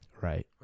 Right